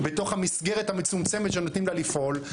בתוך המסגרת המצומצמת בה נותנים לה לפעול.